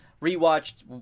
re-watched